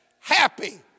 happy